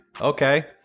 okay